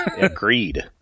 Agreed